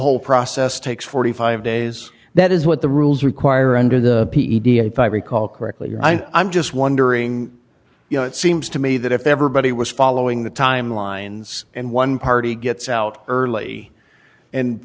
whole process takes forty five days that is what the rules require under the p e d s if i recall correctly your i'm just wondering you know it seems to me that if everybody was following the timelines and one party gets out early and